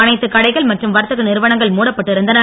அனைத்து கடைகள் மற்றும் வர்த்தக நிறுவனங்கள் மூடப்பட்டு இருந்தன